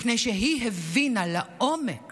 מפני שהיא הבינה לעומק